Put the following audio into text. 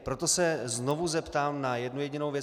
Proto se znovu zeptám na jednu jedinou věc.